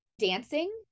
dancing